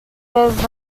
bears